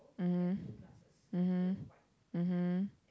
mmhmm mmhmm mmhmm